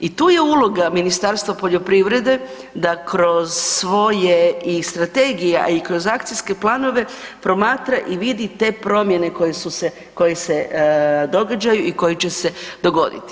I tu je uloga Ministarstva poljoprivrede da kroz svoje i strategije, a i kroz akcijske planove promatra i vidi te promjene koje su se, koje se događaju i koje će se dogoditi.